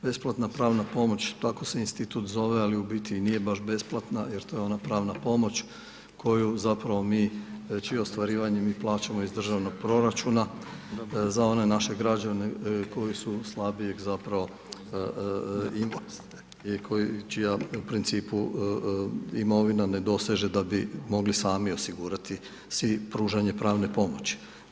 Besplatna pravna pomoć, tako se institut zove ali u biti nije baš besplatna jer to je ona pravna pomoć koju zapravo mi, čije ostvarivanje mi plaćamo iz državnog proračuna za one naše građane koji su slabijeg zapravo čija u principu imovina ne doseže da bi mogli samo osigurati si pružanje pravne pomoći.